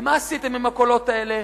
ומה עשיתם עם הקולות האלה?